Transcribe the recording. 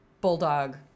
bulldog